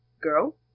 girl